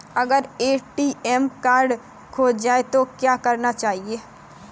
अगर ATM card खो जाए तो क्या करना चाहिए?